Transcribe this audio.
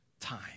time